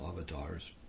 avatars